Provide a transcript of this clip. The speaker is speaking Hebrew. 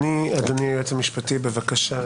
אדוני, היועץ המשפטי, בבקשה.